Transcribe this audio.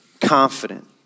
confident